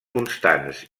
constants